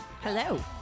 Hello